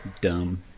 dumb